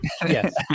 Yes